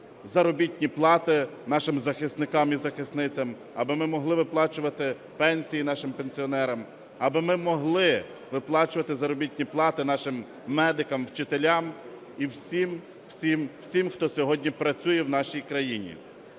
заробітні плати нашим захисникам і захисницям, аби ми могли виплачувати пенсії нашим пенсіонерам, аби ми могли виплачувати заробітні плати нашим медикам, вчителям і всім-всім-всім, хто сьогодні працює в нашій країні.